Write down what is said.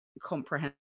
comprehend